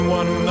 one